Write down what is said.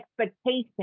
expectation